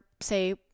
say